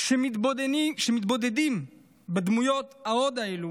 כשמתבוננים בדמויות ההוד האלה,